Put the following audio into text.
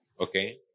okay